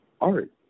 art